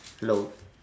hello